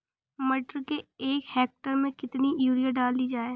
मटर के एक हेक्टेयर में कितनी यूरिया डाली जाए?